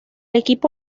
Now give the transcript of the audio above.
equipo